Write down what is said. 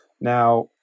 Now